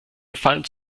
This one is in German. gefallen